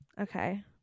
Okay